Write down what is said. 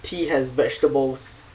tea has vegetables